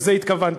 לזה התכוונתי.